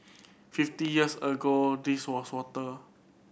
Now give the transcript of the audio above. fifty years ago this was water